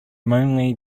mainly